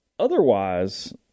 Otherwise